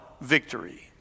victory